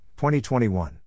2021